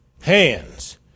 hands